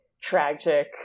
tragic